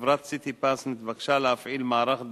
חברת "סיטיפס" התבקשה להפעיל מערך דיילים,